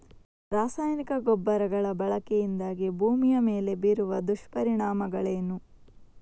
ರಾಸಾಯನಿಕ ಗೊಬ್ಬರಗಳ ಬಳಕೆಯಿಂದಾಗಿ ಭೂಮಿಯ ಮೇಲೆ ಬೀರುವ ದುಷ್ಪರಿಣಾಮಗಳೇನು?